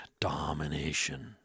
Domination